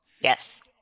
Yes